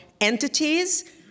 entities